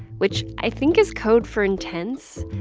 which i think is code for intense.